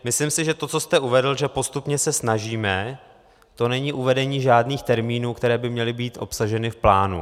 Myslím si, že to, co jste uvedl, že postupně se snažíme, to není uvedení žádných termínů, které by měly být obsaženy v plánu.